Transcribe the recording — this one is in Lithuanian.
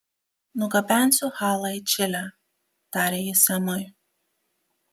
nugabensiu halą į čilę tarė ji semui